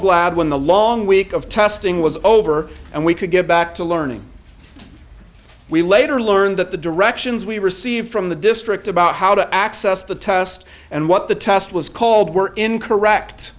glad when the long week of testing was over and we could get back to learning we later learned that the directions we received from the district about how to access the test and what the test was called were incorrect